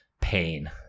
pain